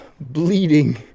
bleeding